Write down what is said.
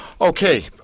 Okay